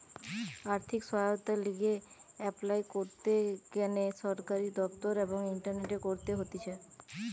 আর্থিক সহায়তার লিগে এপলাই করতে গ্যানে সরকারি দপ্তর এবং ইন্টারনেটে করতে হতিছে